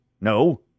No